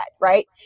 Right